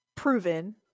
proven